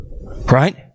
Right